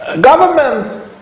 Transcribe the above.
government